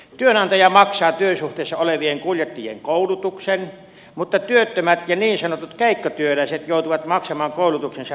työnantaja maksaa työsuhteessa olevien kuljettajien koulutuksen mutta työttömät ja niin sanotut keikkatyöläiset joutuvat maksamaan koulutuksensa pääsääntöisesti itse